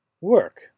Work